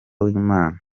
w’imana